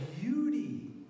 beauty